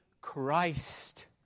Christ